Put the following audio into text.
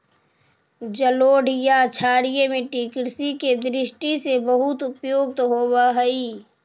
जलोढ़ या क्षारीय मट्टी कृषि के दृष्टि से बहुत उपयुक्त होवऽ हइ